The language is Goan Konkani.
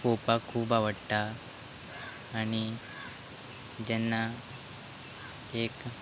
पळोवपाक खूब आवडटा आनी जेन्ना एक